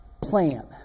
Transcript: plan